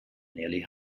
nearly